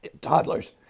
toddlers